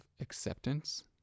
acceptance